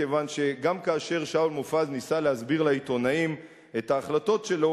כיוון שגם כאשר שאול מופז ניסה להסביר לעיתונאים את ההחלטות שלו,